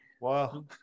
Wow